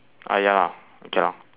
ah ya lah okay lah